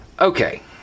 Okay